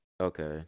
okay